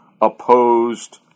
opposed